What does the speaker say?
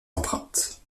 empreintes